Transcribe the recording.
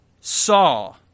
saw